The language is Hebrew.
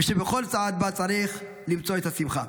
ושבכל צעד בה צריך למצוא את השמחה.